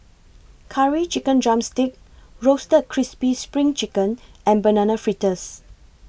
Curry Chicken Drumstick Roasted Crispy SPRING Chicken and Banana Fritters